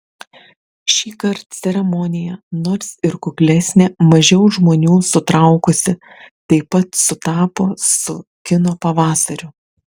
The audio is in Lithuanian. šįkart ceremonija nors ir kuklesnė mažiau žmonių sutraukusi taip pat sutapo su kino pavasariu